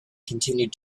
continued